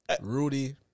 Rudy